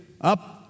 up